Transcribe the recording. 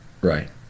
Right